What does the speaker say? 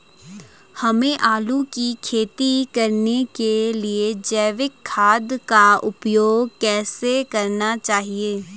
हमें आलू की खेती करने के लिए जैविक खाद का उपयोग कैसे करना चाहिए?